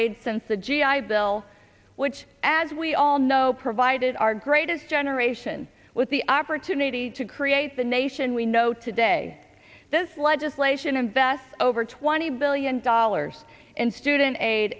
aid since the g i bill which as we all know provided our greatest generation with the opportunity to create the nation we know today this legislation invests over twenty billion dollars in student aid